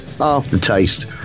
aftertaste